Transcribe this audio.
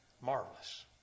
Marvelous